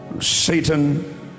Satan